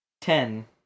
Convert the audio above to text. Ten